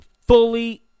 fully